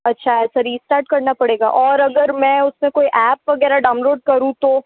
अच्छा इसे रीस्टार्ट करना पड़ेगा और अगर मैं उससे कोई एप्प वगैरह डाउनलोड करूँ तो